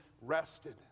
rested